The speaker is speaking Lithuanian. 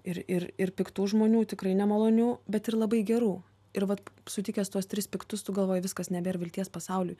ir ir ir piktų žmonių tikrai nemalonių bet ir labai gerų ir vat sutikęs tuos tris piktus tu galvoji viskas nebėr vilties pasauliui